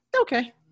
okay